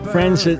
Friends